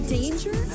danger